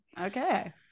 Okay